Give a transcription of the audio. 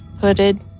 hooded